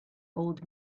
old